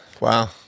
Wow